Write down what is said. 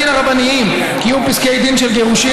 חוק בתי הדין הרבניים (קיום פסקי דין של גירושין),